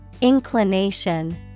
Inclination